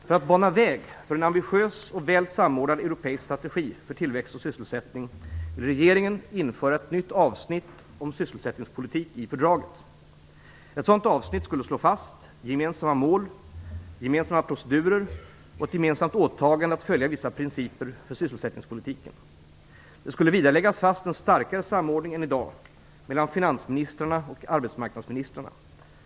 För att bana väg för en ambitiös och väl samordnad europeisk strategi för tillväxt och sysselsättning vill regeringen införa ett nytt avsnitt om sysselsättningspolitik i fördraget. Ett sådant avsnitt skulle slå fast gemensamma mål, gemensamma procedurer och ett gemensamt åtagande att följa vissa principer för sysselsättningspolitiken. Det skulle vidare läggas fast en starkare samordning än i dag mellan finansministrarna och arbetsmarknadsministrarna.